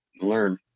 learn